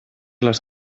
les